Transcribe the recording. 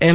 એમ